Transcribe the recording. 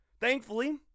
Thankfully